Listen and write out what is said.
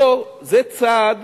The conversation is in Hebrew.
זה צעד